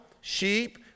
sheep